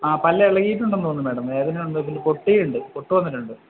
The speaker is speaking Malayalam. ആ പല്ല് ഇളകിയിട്ടുണ്ടെന്നു തോന്നുന്നു മേടം വേദനയുണ്ട് പിന്നെ പൊട്ടിയിട്ടുമുണ്ട് പൊട്ട് വന്നിട്ടുണ്ട്